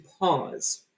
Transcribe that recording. pause